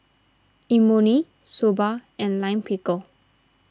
Imoni Soba and Lime Pickle